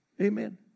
Amen